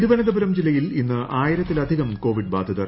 തിരുവനന്തപുരം ജില്ലയിൽ ഇന്ന് ആയിരത്തിലധികം കോവിഡ് ബാധിതർ